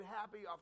happy